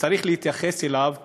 וצריך להתייחס אליו כבן-אדם.